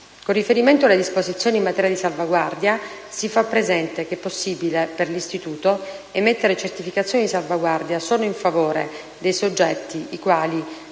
Con riferimento alle disposizioni in materia di salvaguardia, si fa presente che è possibile per l'istituto emettere certificazioni di salvaguardia solo in favore dei soggetti i quali